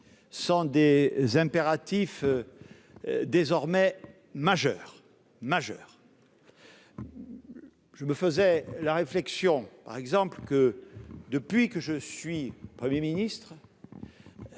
sont des impératifs désormais majeurs. Je me faisais la réflexion que, depuis que je suis Premier ministre,